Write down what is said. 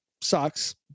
sucks